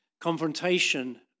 confrontation